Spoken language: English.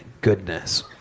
goodness